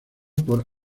por